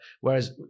Whereas